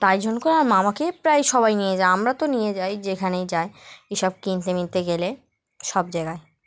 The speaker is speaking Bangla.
তাই জন্য করে আমার মামাকেই প্রায় সবাই নিয়ে যায় আমরা তো নিয়ে যাই যেখানেই যাই এসব কিনতে মিনতে গেলে সব জায়গায়